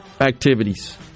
activities